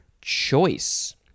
choice